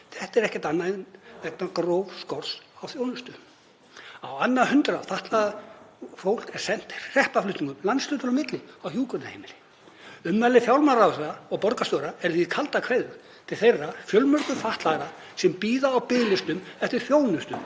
Þetta er ekkert annað en grófur skortur á þjónustu. Á annað hundrað fatlaðs fólks er sent hreppaflutningum landshluta á milli á hjúkrunarheimili. Ummæli fjármálaráðherra og borgarstjóra eru því kaldar kveðjur til þeirra fjölmörgu fatlaðra sem bíða á biðlistum eftir þjónustu